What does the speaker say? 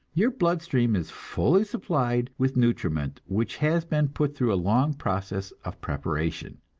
your blood-stream is fully supplied with nutriment which has been put through a long process of preparation,